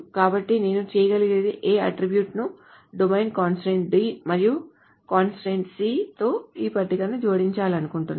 కాబట్టి నేను చేయగలిగే A అట్ట్రిబ్యూట్ ను డొమైన్ కంస్ట్రయిన్ట్ D మరియు కంస్ట్రయిన్ట్ C తో ఈ పట్టికకు జోడించాలనుకుంటున్నాను